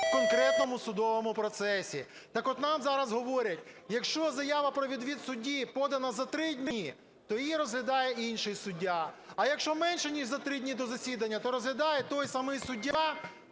у конкретному судовому процесі. Так от, нам зараз говорять: якщо заява про відвід судді подана за 3 дні, то її розглядає інший суддя, а якщо менше ніж за 3 дні до засідання, то розглядає той самий суддя,